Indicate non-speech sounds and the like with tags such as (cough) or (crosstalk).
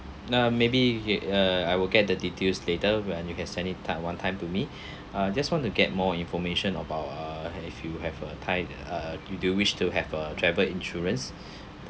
uh maybe kay uh I will get the details later where you can send it ti~ one time to me (breath) uh just want to get more information about uh if you have a tie uh do you wish to have a travel insurance